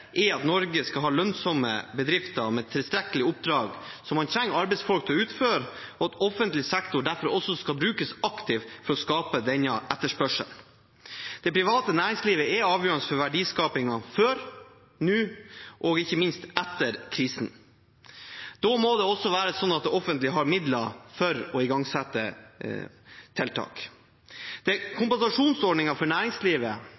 er at Norge skal ha lønnsomme bedrifter med tilstrekkelig oppdrag som man trenger arbeidsfolk til å utføre, og at offentlig sektor derfor skal brukes aktivt for å skape denne etterspørselen. Det private næringslivet er avgjørende for verdiskapingen før, nå og ikke minst etter krisen. Da må det også være sånn at det offentlige har midler til å igangsette tiltak. Kompensasjonsordningen for næringslivet er